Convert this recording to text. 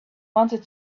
wanted